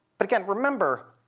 but again, remember,